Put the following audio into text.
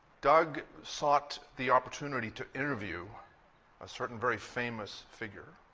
doug sought the opportunity to interview a certain very famous figure,